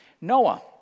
Noah